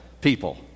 people